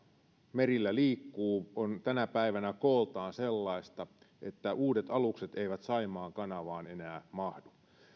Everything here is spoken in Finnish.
merillä liikkuu on tänä päivänä kooltaan sellaista että uudet alukset eivät saimaan kanavaan enää mahdu